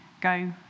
go